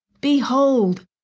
Behold